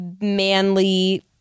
manly